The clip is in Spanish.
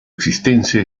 existencia